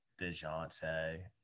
Dejounte